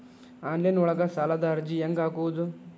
Online ಒಳಗ ಸಾಲದ ಅರ್ಜಿ ಹೆಂಗ್ ಹಾಕುವುದು?